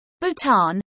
Bhutan